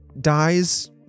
dies